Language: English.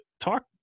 talk